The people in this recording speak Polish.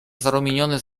zarumieniony